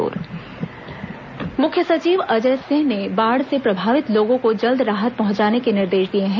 मुख्य सचिव बैठक मुख्य सचिव अजय सिंह ने बाढ़ से प्रभावित लोगों को जल्द राहत पहुंचाने के निर्देश दिए हैं